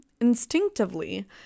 instinctively